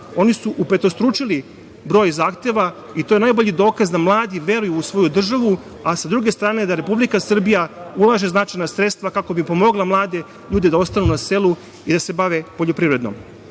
oni su upetostručili broj zahteva i to je najbolji dokaz da mladi veruju u svoju državu, a sa druge strane da Republika Srbija ulaže značajna sredstva kako bi pomogla mlade ljude da ostanu na selu i da se bave poljoprivredom. Ono